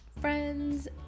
Friends